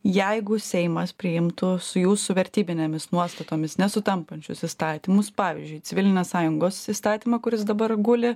jeigu seimas priimtų su jūsų vertybinėmis nuostatomis nesutampančius įstatymus pavyzdžiui civilinės sąjungos įstatymą kuris dabar guli